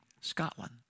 Scotland